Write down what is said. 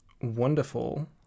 wonderful